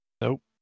Nope